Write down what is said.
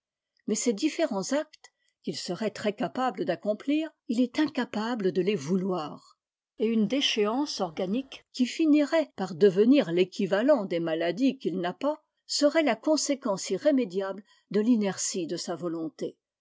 mais ces différents actes qu'il serait très capable d'accomplir il est incapable de les vouloir et une déchéance organique qui unirait par devenir l'équivalent des maladies qu'il n'a pas serait la conséquence irrémédiable de l'inertie de sa volonté